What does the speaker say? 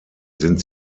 sind